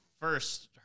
first